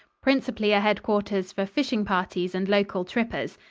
principally a headquarters for fishing parties and local trippers.